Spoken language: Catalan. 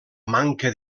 manca